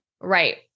Right